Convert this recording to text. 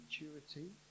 maturity